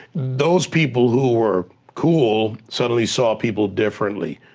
those people who were cool suddenly saw people differently,